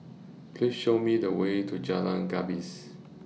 Please Show Me The Way to Jalan Gapis